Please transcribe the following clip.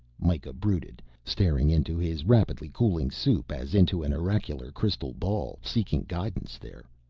mikah brooded, staring into his rapidly cooling soup as into an oracular crystal ball, seeking guidance there.